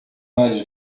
mais